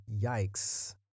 yikes